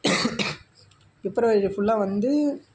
பிப்ரவரியில் ஃபுல்லாக வந்து